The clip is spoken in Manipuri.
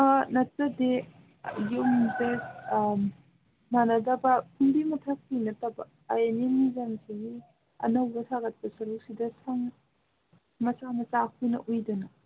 ꯅꯠꯆꯗꯦ ꯌꯨꯝꯗ ꯃꯥꯟꯅꯗꯕ ꯐꯨꯝꯗꯤ ꯃꯊꯛꯀꯤ ꯅꯠꯇꯕ ꯑꯥꯏ ꯑꯦꯟ ꯑꯦ ꯃꯌꯨꯖꯝꯁꯤꯒꯤ ꯑꯅꯧꯕ ꯁꯥꯒꯠꯄ ꯁꯔꯨꯛꯁꯤꯗ ꯁꯪ ꯃꯆꯥ ꯃꯆꯥ ꯑꯩꯈꯣꯏꯅ ꯎꯏꯗꯅ